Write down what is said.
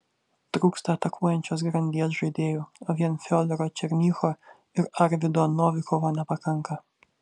trūksta atakuojančios grandies žaidėjų o vien fiodoro černycho ir arvydo novikovo nepakanka